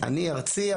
אני ארצי,